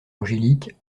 angélique